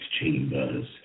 chambers